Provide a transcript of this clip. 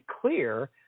clear